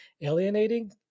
alienating